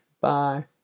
Bye